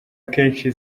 akenshi